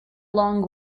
long